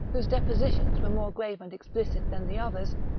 whose depositions were more grave and explicit than the others,